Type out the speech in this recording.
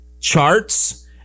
charts